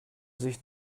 sich